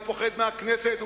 הוא פוחד מהכנסת,